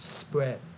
spread